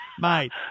mate